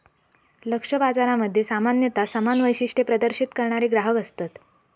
लक्ष्य बाजारामध्ये सामान्यता समान वैशिष्ट्ये प्रदर्शित करणारे ग्राहक असतत